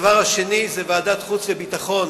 השני, ועדת החוץ והביטחון